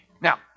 Now